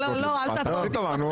תעשי טובה.